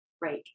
right